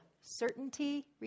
Certainty